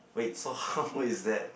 wait so how is that